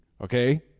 Okay